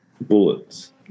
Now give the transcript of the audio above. bullets